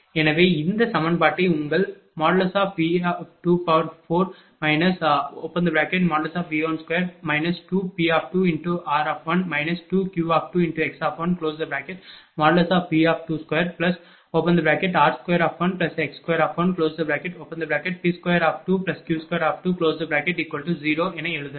எனவே இந்த சமன்பாட்டை உங்கள் V4 | V1|2 2P2r1 2Q2x1V22r21x2P22Q20 என எழுதலாம்